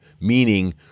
meaning